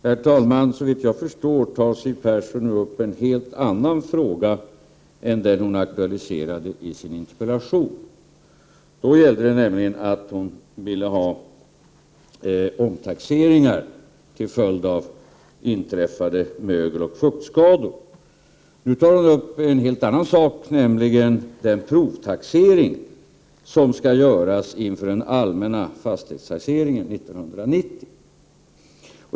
Herr talman! Såvitt jag förstår tar Siw Persson nu upp en helt annan fråga än den hon aktualiserade i sin interpellation. Då gällde det nämligen att hon ville ha omtaxeringar till följd av inträffade mögeloch fuktskador. Nu tar hon upp en helt annan sak, nämligen den provtaxering som skall göras inför den allmänna fastighetstaxeringen 1990.